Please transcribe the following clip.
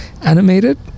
animated